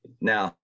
now